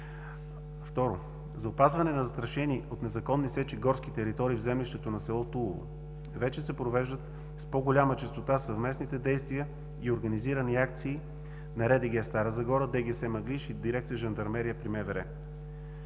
за опазване на застрашени от незаконни сечи горски територии в землището на село Тулово вече се провеждат с по-голяма честота съвместните действия и организирани акции на РДГ – Стара Загора, ДГС „Мъглиж“ и Дирекция „Жандармерия“ при